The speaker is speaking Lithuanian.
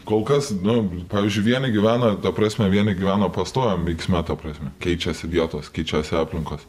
kol kas nu pavyzdžiui vieni gyvena ta prasme vieni gyvena pastoviam veiksme ta prasme keičiasi vietos keičiasi aplinkos